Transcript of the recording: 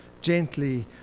gently